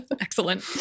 Excellent